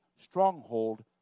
stronghold